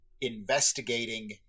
investigating